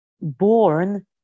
born